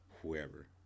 whoever